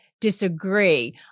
disagree